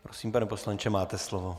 Prosím, pane poslanče, máte slovo.